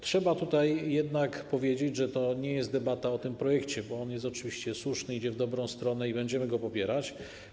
Trzeba jednak powiedzieć, że to nie jest debata o tym projekcie, bo on jest oczywiście słuszny, idzie w dobrą stronę i będziemy go popierać.